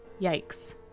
Yikes